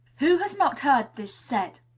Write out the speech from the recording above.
who has not heard this said?